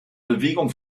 bewegung